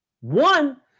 one